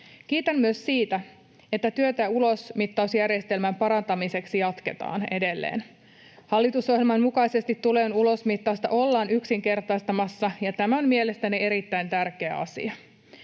Kiitän myös siitä, että työtä ulosmittausjärjestelmän parantamiseksi jatketaan edelleen. Hallitusohjelman mukaisesti tulojen ulosmittausta ollaan yksinkertaistamassa, ja tämä on mielestäni erittäin tärkeä asia.